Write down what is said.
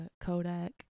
Kodak